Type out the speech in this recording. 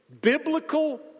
biblical